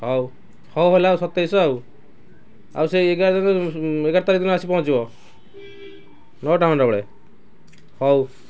ହଉ ହଉ ହେଲା ଆଉ ସତେଇଶିଶହ ଆଉ ଆଉ ସେଇ ଏଗାର ଦିନ ଏଗାର ତାରିଖ ଦିନ ଆସି ପହଞ୍ଚିବ ନଅଟା ଖଣ୍ଡେ ବେଳେ ହଉ